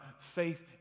faith